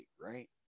right